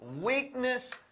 weakness